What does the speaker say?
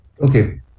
okay